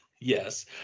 Yes